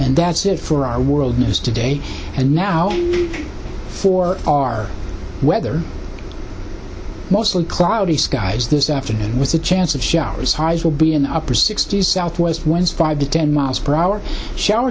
and that's it for our world news today and now for our weather mostly cloudy skies this afternoon with a chance of showers highs will be in the upper sixty's southwest winds five to ten miles per hour show